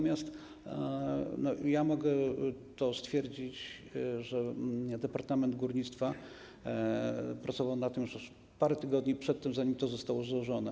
Mogę stwierdzić, że Departament Górnictwa pracował nad tym już parę tygodni przed tym, zanim to zostało złożone.